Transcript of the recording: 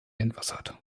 entwässert